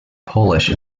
polish